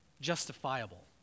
justifiable